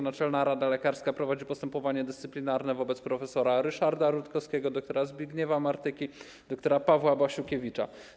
Naczelna Rada Lekarska prowadzi postępowanie dyscyplinarne wobec prof. Ryszarda Rutkowskiego, dr. Zbigniewa Martyki, dr. Pawła Basiukiewicza.